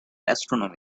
astronomy